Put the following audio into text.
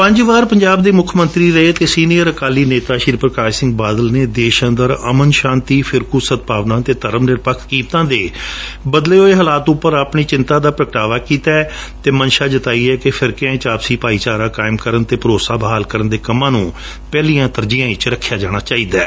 ਪੰਜ ਵਾਰ ਪੰਜਾਬ ਦੇ ਮੁੱਖ ਮੰਤਰੀ ਰਹੇ ਅਤੇ ਸੀਨੀਅਰ ਅਕਾਲੀ ਨੇਤਾ ਪ੍ਰਕਾਸ਼ ਸਿੰਘ ਬਾਦਲ ਨੇ ਦੇਸ਼ ਅੰਦਰ ਅਮਨ ਸ਼ਾਂਤੀ ਫਿਰਕੂ ਸਦਭਾਵਨਾ ਅਤੇ ਧਰਮ ਨਿਰਪੱਖਤ ਕੀਮਤਾਂ ਦੇ ਬਦਲੇ ਹੋਏ ਹਾਲਾਤ ਉਂਪਰ ਆਪਣੀ ਤਸ਼ਵੀਸ਼ ਦਾ ਇਜਹਾਰ ਕੀਤੈ ਅਤੇ ਮੰਸ਼ਾ ਜਤਾਈ ਹੈ ਕਿ ਫਿਰਕਿਆਂ ਵਿਚ ਆਪਸੀ ਭਾਈਚਾਰਾ ਕਾਇਮ ਕਰਣ ਅਤੇ ਭਰੋਸਾ ਬਹਾਰ ਕਰਣ ਦੇ ਕੰਮਾਂ ਨੂੰ ਪਹਿਲੀ ਤਰਜੀਹ ਦਿੱਤੀ ਜਾਣੀ ਚਾਹੀਦੀ ਹੈ